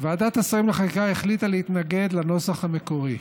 ועדת השרים לחקיקה החליטה להתנגד לנוסח המקורי.